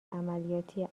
عملیاتی